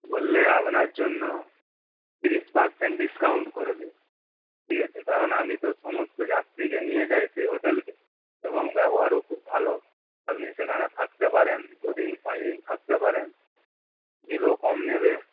বললে আপনার জন্য তিরিশ পার্সেন্ট ডিস্কাউন্ট করে দেবে ঠিক আছে কারণ আমি তো সমস্ত যাত্রীকে নিয়ে যাই সেই হোটেলে এবং ব্যবহারও খুব ভালো আপনি সেখানে থাকতে পারেন দু দিন পাঁচ দিন থাকতে পারেন বিলও কম নেবে